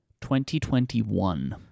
2021